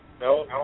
No